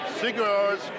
cigars